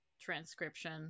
transcription